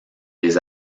les